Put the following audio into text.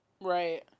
Right